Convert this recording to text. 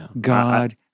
God